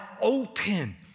open